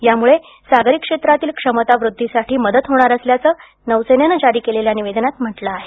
यामुळे सागरी क्षेत्रातील क्षमता वृध्दीसाठी मदत होणार असल्याचं नौसेनेनं जारी केलेल्या निवेदनांत म्हटलं आहे